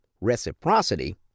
reciprocity